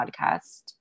podcast